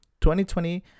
2020